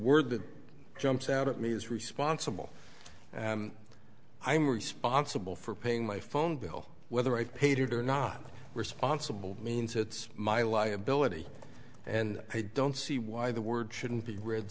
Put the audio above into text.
word that jumps out at me is responsible and i'm responsible for paying my phone bill whether i paid it or not responsible means it's my liability and i don't see why the word shouldn't be read